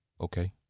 Okay